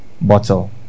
Bottle